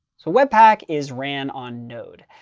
so webpack is ran on node.